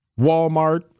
Walmart